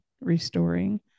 restoring